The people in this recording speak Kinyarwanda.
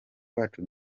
wacu